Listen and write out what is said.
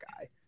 guy